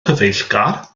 cyfeillgar